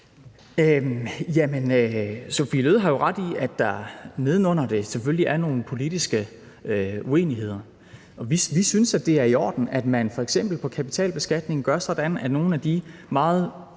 Jamen Sophie Løhde har jo ret i, at der neden under det selvfølgelig er nogle politiske uenigheder. Og vi synes, det er i orden, at vi f.eks. med hensyn til kapitalbeskatningen gør sådan, at nogle af de meget